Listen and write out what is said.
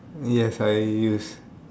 yes I use